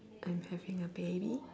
I'm having a baby